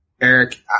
Eric